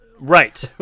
Right